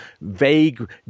vague